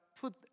put